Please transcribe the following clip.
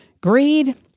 Greed